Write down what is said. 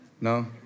No